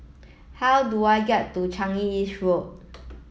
how do I get to Changi East Road